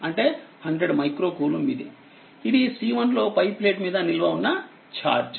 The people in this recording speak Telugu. ఇది C1లోపై ప్లేట్ మీద నిల్వ ఉన్న ఛార్జ్